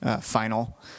final